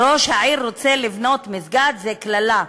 "ראש העיר רוצה לבנות מסגד" זו קללה,